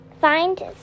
find